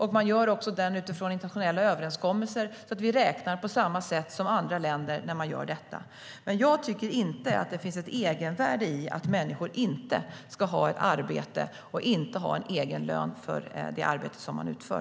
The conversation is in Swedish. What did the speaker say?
De gör den utifrån internationella överenskommelser så att vi räknar på samma sätt som andra länder. Jag tycker inte att det finns ett egenvärde i att människor inte ska ha ett arbete och inte ska ha en egen lön för det arbete som de utför.